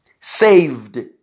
Saved